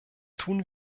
tun